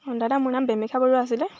অঁ দাদা মোৰ নাম বেমিকা বৰুৱা আছিলে